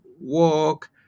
walk